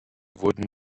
wurden